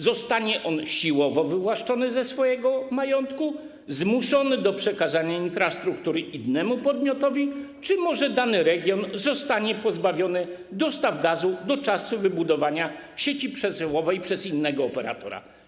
Zostanie on siłowo wywłaszczony ze swojego majątku, zmuszony do przekazania infrastruktury innemu podmiotowi czy może dany region zostanie pozbawiony dostaw gazu do czasu wybudowania sieci przesyłowej przez innego operatora?